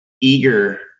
eager